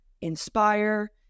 Inspire